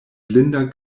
blinda